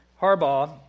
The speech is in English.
Harbaugh